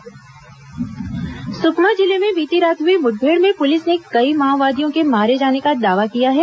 माओवादी वारदात सुकमा जिले में बीती रात हुई मुठभेड़ में पुलिस ने कई माओवादियों के मारे जाने का दावा किया है